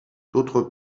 d’autre